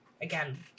again